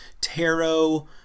tarot